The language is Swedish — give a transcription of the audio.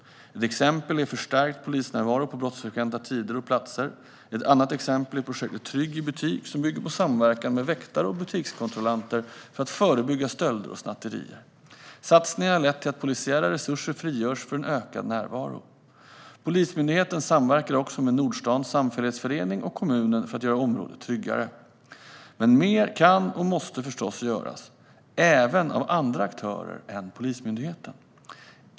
Ett exempel är förstärkt polisnärvaro på brottsfrekventa tider och platser. Ett annat exempel är projektet Trygg i butik, som bygger på samverkan med väktare och butikskontrollanter för att förebygga stölder och snatterier. Satsningen har lett till att polisiära resurser frigörs för en ökad närvaro. Polismyndigheten samverkar också med Nordstans samfällighetsförening och kommunen för att göra området tryggare. Men mer kan och måste förstås göras, även av andra aktörer än Polismyndigheten.